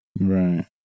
right